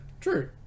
True